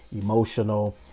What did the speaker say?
emotional